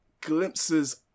glimpses